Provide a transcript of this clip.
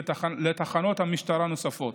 לתחנות משטרה נוספות.